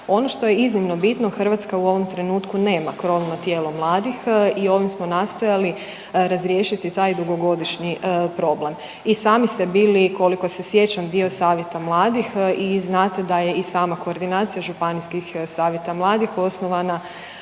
Ono što je iznimno bitno Hrvatska u ovom trenutku nema krovno tijelo mladih i ovim smo nastojali razriješiti taj dugogodišnji problem. I sami ste bili koliko se sjećam dio Savjeta mladih i znate da je i sama koordinacija županijskih Savjeta mladih osnovana